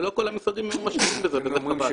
וkt כל המשרדים משקיעים בזה וזה חבל.